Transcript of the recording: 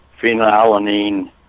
phenylalanine